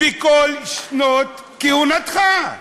בכל שנות כהונתך?